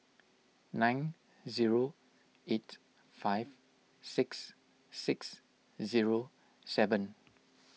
nine zero eight five six six zero seven